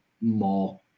more